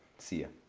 see you!